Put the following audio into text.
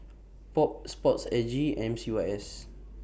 POP Sport S G and M C Y S